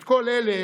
את כל אלה,